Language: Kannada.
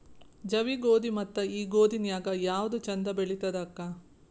ಜವಿ ಗೋಧಿ ಮತ್ತ ಈ ಗೋಧಿ ನ್ಯಾಗ ಯಾವ್ದು ಛಂದ ಬೆಳಿತದ ಅಕ್ಕಾ?